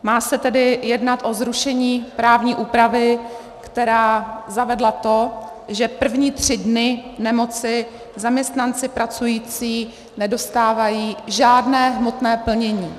Má se tedy jednat o zrušení právní úpravy, která zavedla to, že první tři dny nemoci zaměstnanci pracující nedostávají žádné hmotné plnění.